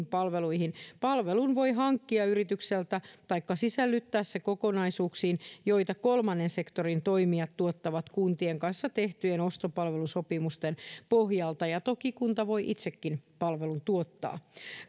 palveluihin palvelun voi hankkia yritykseltä taikka sisällyttää sen kokonaisuuksiin joita kolmannen sektorin toimijat tuottavat kuntien kanssa tehtyjen ostopalvelusopimusten pohjalta ja toki kunta voi itsekin palvelun tuottaa